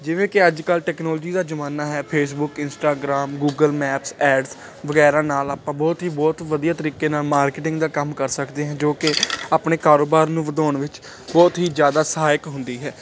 ਜਿਵੇਂ ਕਿ ਅੱਜ ਕੱਲ੍ਹ ਟੈਕਨੋਲਜੀ ਦਾ ਜ਼ਮਾਨਾ ਹੈ Facebook Instagram Google maps ads ਵਗੈਰਾ ਨਾਲ ਆਪਾਂ ਬਹੁਤ ਹੀ ਬਹੁਤ ਵਧੀਆ ਤਰੀਕੇ ਨਾਲ ਮਾਰਕਿਟਿੰਗ ਦਾ ਕੰਮ ਕਰ ਸਕਦੇ ਹਾਂ ਜੋ ਕਿ ਆਪਣੇ ਕਾਰੋਬਾਰ ਨੂੰ ਵਧਾਉਣ ਵਿੱਚ ਬਹੁਤ ਹੀ ਜ਼ਿਆਦਾ ਸਹਾਇਕ ਹੁੰਦੀ ਹੈ